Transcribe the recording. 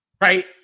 right